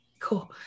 cool